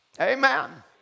Amen